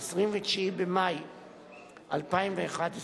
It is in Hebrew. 29 במאי 2011,